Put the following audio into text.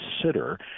consider